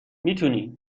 میتونی